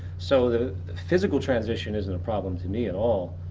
so the physical transition isn't a problem to me at all.